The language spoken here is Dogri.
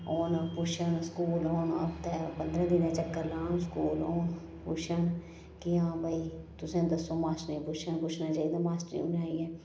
औन पुच्छन स्कूल औन हफ्तै पंदरां दिन चक्कर लान स्कूल औन पुच्छन कि हां भई तुसें दस्सो मास्टरें गी पुच्छन पुच्छना चाहिदा मास्टरें गी आइयै